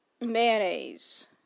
mayonnaise